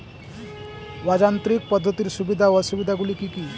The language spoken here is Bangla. অযান্ত্রিক পদ্ধতির সুবিধা ও অসুবিধা গুলি কি কি?